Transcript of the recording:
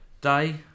day